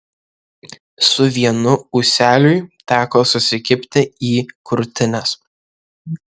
su vienu ūseliui teko susikibti į krūtines